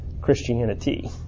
Christianity